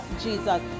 Jesus